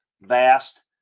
vast